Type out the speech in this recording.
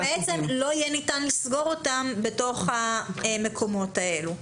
אז בעצם לא יהיה ניתן לסגור אותן בתוך המקומות האלה,